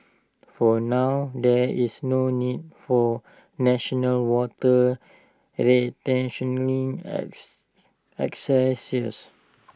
for now there is no need for national water rationing exercises